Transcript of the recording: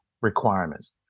requirements